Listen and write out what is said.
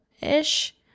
ish